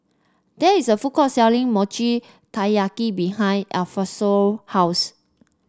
there is a food court selling Mochi Taiyaki behind Alphonso house